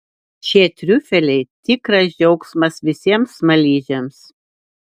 šie triufeliai tikras džiaugsmas visiems smaližiams